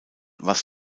was